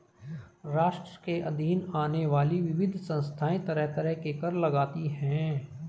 राष्ट्र के अधीन आने वाली विविध संस्थाएँ तरह तरह के कर लगातीं हैं